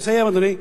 אני מסיים, אדוני.